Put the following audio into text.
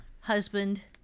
husband